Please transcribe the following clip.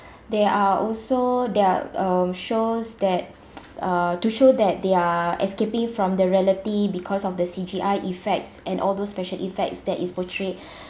there are also there are uh shows that uh to show that they are escaping from the reality because of the C_G_I effects and all those special effects that is portrayed